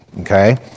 Okay